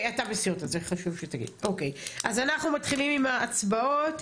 אז אנחנו מתחילים עם ההצבעות,